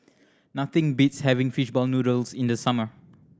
nothing beats having fishball noodles in the summer